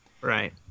right